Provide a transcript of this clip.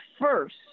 first